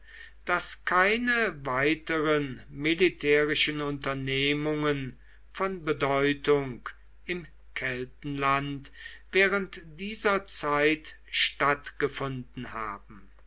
daß keine weiteren militärischen unternehmungen von bedeutung im keltenland während dieser zeit stattgefunden haben